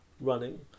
running